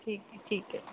ਠੀਕ ਠੀਕ ਹੈ